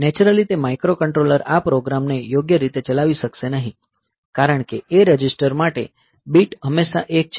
naturally તે microcontroller આ program ને યોગ્ય રીતે ચલાવી શકશે નહીં કારણ કે A રજિસ્ટર માટે બીટ હંમેશા 1 છે